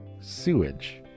sewage